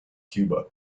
cuba